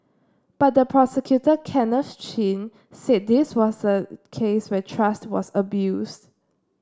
but the prosecutor Kenneth Chin said this was a case where trust was abused